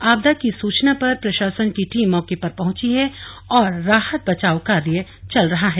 आपदा की सूचना पर प्रशासन की टीम मौके पर पहुंच गई है और राहत बचाव कार्य चल रहा है